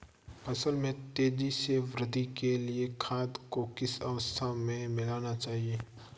फसल में तेज़ी से वृद्धि के लिए खाद को किस अवस्था में मिलाना चाहिए?